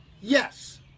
yes